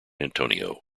antonio